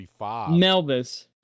Melvis